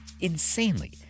insanely